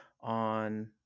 on